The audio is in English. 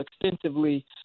extensively